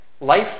Life